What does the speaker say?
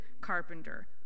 carpenter